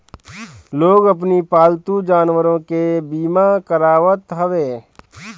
लोग अपनी पालतू जानवरों के बीमा करावत हवे